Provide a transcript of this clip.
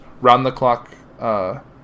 Round-the-clock